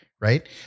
Right